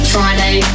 Friday